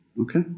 Okay